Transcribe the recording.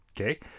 okay